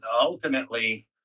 Ultimately